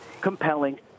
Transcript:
compelling